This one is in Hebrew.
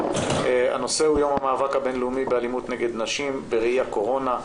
הנושא הוא יום המאבק הבינלאומי באלימות נגד נשים בראיית קורונה,